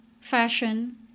fashion